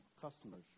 customers